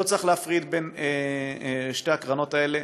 לא צריך להפריד בין שתי הקרנות האלה.